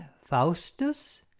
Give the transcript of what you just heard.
faustus